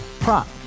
Prop